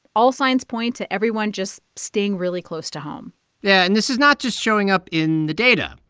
all signs point to everyone just staying really close to home yeah, and this is not just showing up in the data.